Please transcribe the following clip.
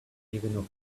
even